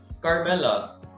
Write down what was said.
Carmela